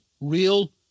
real